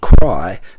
cry